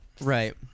Right